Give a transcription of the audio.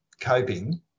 coping